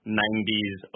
90s